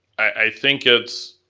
i think it's,